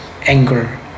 anger